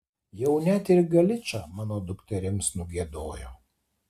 jau net ir į galičą mano dukterims nugiedojo